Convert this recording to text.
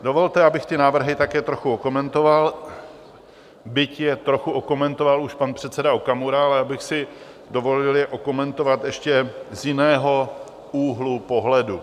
Dovolte, abych ty návrhy také trochu okomentoval, byť je trochu okomentoval už pan předseda Okamura, ale já bych si dovolil je okomentovat ještě z jiného úhlu pohledu.